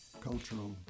Cultural